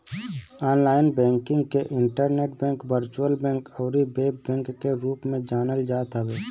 online banking के internet bank, virtual bank अउरी web bank के रूप में जानल जात हवे